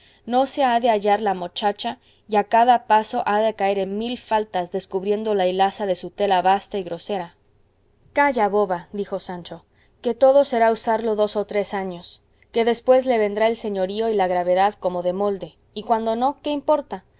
no se ha de hallar la mochacha y a cada paso ha de caer en mil faltas descubriendo la hilaza de su tela basta y grosera calla boba dijo sancho que todo será usarlo dos o tres años que después le vendrá el señorío y la gravedad como de molde y cuando no qué importa